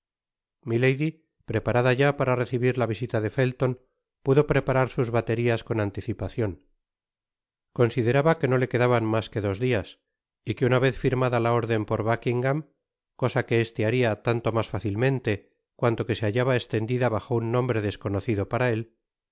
preparada ya para recibir ta visita de felton pudo preparar sus baterias con anticipacion consideraba que no le quedaban mas que dos dias y que una vez firmada la orden por buckingam cosa que este baria tanto mas fácilmente cuanto que se hallaba estendida bajo un nombre desconocido para él